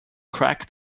crack